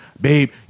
babe